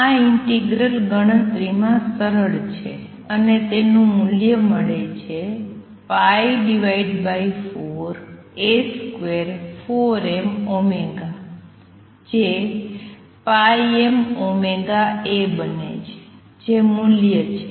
આ ઈંટીગ્રલ ગણતરીમાં સરળ છે અને તેનું મૂલ્ય મળે છે 4A24mω જે πmωA બને છે જે મૂલ્ય છે